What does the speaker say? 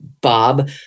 Bob